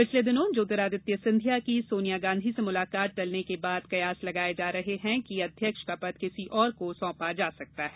पिछले दिनों महासचिव ज्योतिरादित्य सिंधिया की कांग्रेस अध्यक्ष सोनिया गांधी से मुलाकात टलने के बाद कयास लगाए जा रहे हैं कि अध्यक्ष का पद किसी और को सौंपा जा सकता है